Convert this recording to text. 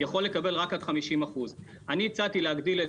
יכול לקבל רק עד 50%. אני הצעתי להגדיל את